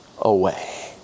away